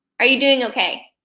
are you doing okay?